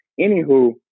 anywho